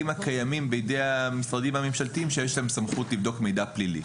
הקיימים בידי המשרדים הממשלתיים שיש להם סמכות לבדוק מידע פלילי.